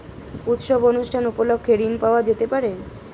উৎসব অনুষ্ঠান উপলক্ষে ঋণ পাওয়া যেতে পারে?